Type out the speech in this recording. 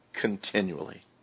continually